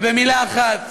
במילה אחת,